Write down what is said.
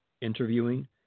interviewing